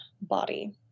body